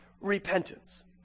repentance